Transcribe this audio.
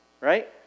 right